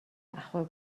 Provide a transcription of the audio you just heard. ахуй